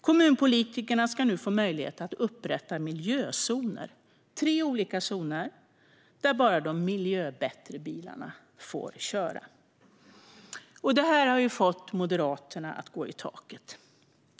Kommunpolitikerna ska nu få möjlighet att upprätta miljözoner, tre olika zoner, där bara miljöbättre bilar får köra. Detta har fått Moderaterna att gå i taket.